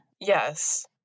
Yes